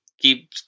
keep